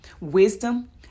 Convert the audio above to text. wisdom